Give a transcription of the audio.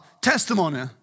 testimony